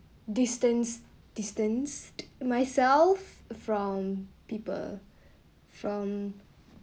distance distance myself from people from